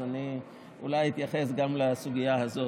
אז אני אולי אתייחס גם לסוגיה הזאת.